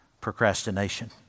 Procrastination